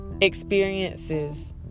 experiences